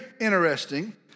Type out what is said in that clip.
interesting